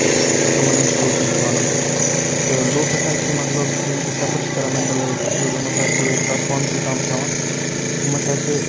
تہٕ تِمَن ہنٛز سلوٗشن ژَھانڈُن تہٕ لُکھ ہسا چھِ مطلب یِم تہِ سفر چھِ کران مینٹَل ہیٚلٕتھ اِشوٗزن منٛز سُہ ہسا چھِ یہِ کَتھ پانسٕے تام تھاوان مَسا چھِ